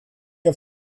auf